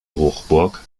hochburg